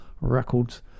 Records